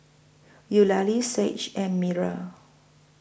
Eulalie Sage and Myrl